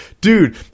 dude